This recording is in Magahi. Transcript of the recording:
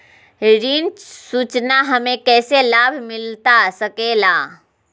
ऋण सूचना हमें कैसे लाभ मिलता सके ला?